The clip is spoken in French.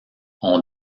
ont